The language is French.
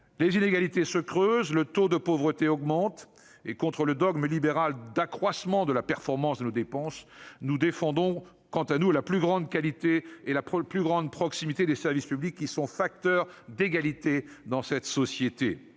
Les inégalités se creusent, le taux de pauvreté augmente, et contre le dogme libéral d'accroissement de la performance de nos dépenses, nous défendons, quant à nous, la plus grande qualité et la plus grande proximité des services publics, qui sont des facteurs d'égalité dans notre société.